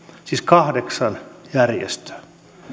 siis kahdeksan järjestöä